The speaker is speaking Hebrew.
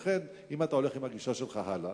לכן, אם אתה הולך עם הגישה שלך הלאה,